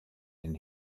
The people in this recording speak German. den